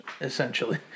essentially